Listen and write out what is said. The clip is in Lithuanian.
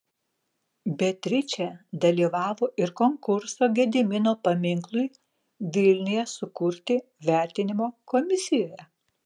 beatričė dalyvavo ir konkurso gedimino paminklui vilniuje sukurti vertinimo komisijoje